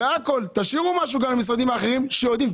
תשאירו משהו גם למשרדים האחרים שיודעים.